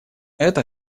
это